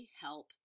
help